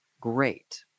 great